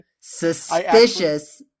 Suspicious